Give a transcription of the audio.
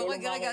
רגע.